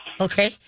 Okay